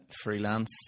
freelance